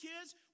kids